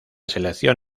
selección